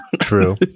true